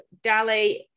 Dali